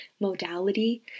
modality